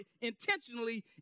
intentionally